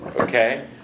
Okay